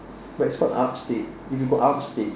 but it's called upstate if you go upstate